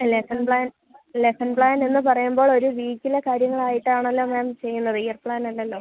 lesson plan lesson പ്ലാനെന്ന് പറയുമ്പോൾ ഒരു വീക്കിലെ കാര്യങ്ങളായിട്ടാണല്ലോ മാം ചെയ്യുന്നത് ഇയർ പ്ലാനല്ലല്ലോ